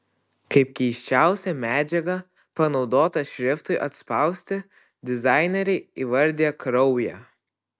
kaip keisčiausią medžiagą panaudotą šriftui atspausti dizaineriai įvardija kraują